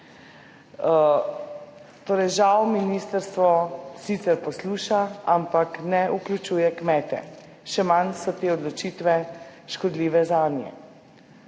Torej žal ministrstvo sicer posluša, ampak ne vključuje kmete, še manj so te odločitve škodljive zanje.